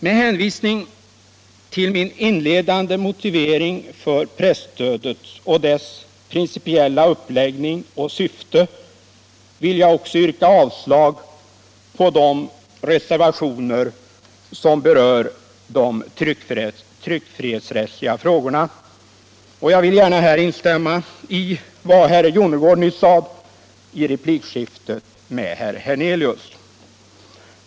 Med hänvisning till min inledande motivering för presstödet och dess principiella uppläggning och syfte vill jag också yrka avslag på de reservationer som berör de tryckfrihetsrättsliga frågorna. Jag vill här gärna instämma i vad herr Jonnergård sade i replikskiftet med herr Hernelius.